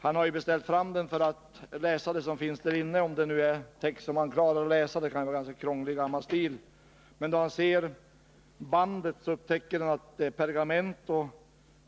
Han har ju beställt fram den för att läsa innehållet, om han klarar av att läsa sådan text. Det kan vara en krånglig, gammal stil. Men när han ser bandet upptäcker han att det är av pergament.